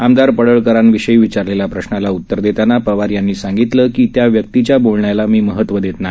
आमदार पडळकरांविषयी विचारलेल्या प्रश्नाला उत्तर देताना पवार यांनी सांगितलं की त्या व्यक्तीच्या बोलण्याला मी महत्व देत नाही